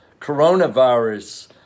coronavirus